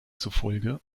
zufolge